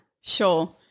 Sure